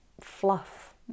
fluff